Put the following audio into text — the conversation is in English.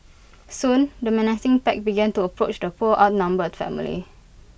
soon the menacing pack began to approach the poor outnumbered family